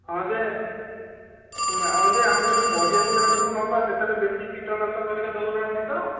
ହଁ ଯେ ଆମେ ଯେଉଁ ପରିବା ଗୁଡ଼ିକ ସବୁ ନେବା ସେଥିରେ ବେଶୀ କୀଟନାଶକ ଗୁଡ଼ିକ ଦେଉନାହାନ୍ତି ତ